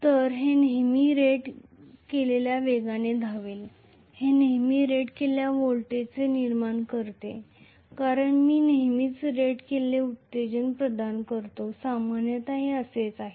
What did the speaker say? तर हे नेहमी रेट केलेल्या वेगाने धावेल हे नेहमी रेट केलेले व्होल्टेज निर्माण करते कारण मी नेहमीच रेट केलेले एक्साइटेशन प्रदान करतो सामान्यतः असेच आहे